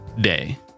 Day